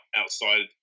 outside